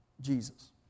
Jesus